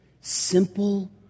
Simple